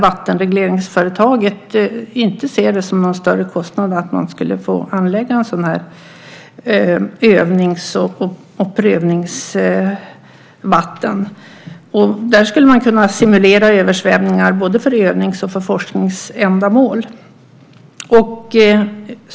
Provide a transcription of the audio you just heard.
Vattenregleringsföretaget anser inte heller att det skulle vara någon större kostnad att anlägga ett sådant övnings och prövningsvatten. Där skulle man kunna simulera översvämningar för både övnings och forskningsändamål.